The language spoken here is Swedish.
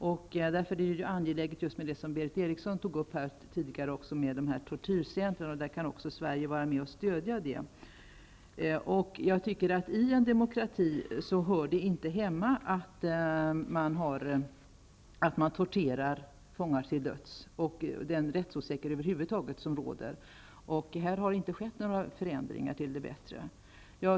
Därför är det mycket angeläget med det centrum för tortyrskadade som Berith Eriksson tog upp. Sverige kan vara med och stödja detta. Jag tycker inte att det hör hemma i en demokrati att man torterar fångar till döds, och inte heller den rättsosäkerhet som över huvd taget råder i Turkiet. Men det har inte skett några förändringar till det bättre på detta område.